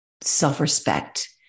self-respect